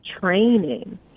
training